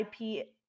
IP